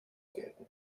gelten